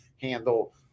handle